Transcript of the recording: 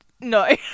no